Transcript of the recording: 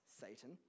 Satan